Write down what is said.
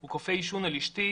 הוא כופה עישון על אשתי,